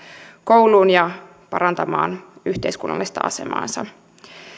kouluun ja parantamaan yhteiskunnallista asemaansa